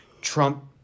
Trump